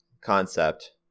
concept